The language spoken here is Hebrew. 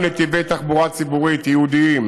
גם נתיבי תחבורה ציבורית ייעודיים,